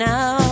Now